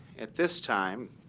at this time,